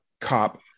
cop